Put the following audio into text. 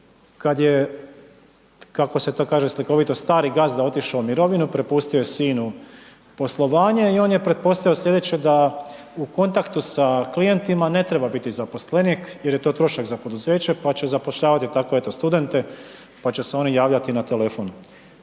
kad je kako se to laže slikovito, stari gazda otišao i mirovinu, prepustio je sinu poslovanje i on je pretpostavio slijedeće da u kontaktu sa klijentima ne treba biti zaposlenik jer je to trošak za poduzeće pa će zapošljavati tako eto studente pa će se oni javljati na telefon.